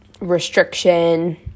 restriction